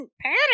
Perry